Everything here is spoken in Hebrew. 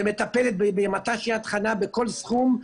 ומטפלת במט"ש יד חנה בכל סכום,